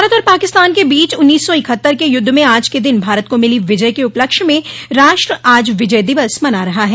भारत और पाकिस्कतान के बीच उन्नीस सौ इक्हत्तर के युद्ध में आज के दिन भारत को मिली विजय के उपलक्ष्य में राष्ट्र आज विजय दिवस मना रहा है